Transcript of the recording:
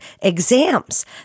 exams